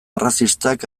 arrazistak